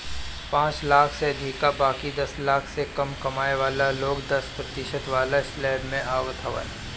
पांच लाख से अधिका बाकी दस लाख से कम कमाए वाला लोग दस प्रतिशत वाला स्लेब में आवत हवन